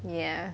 ya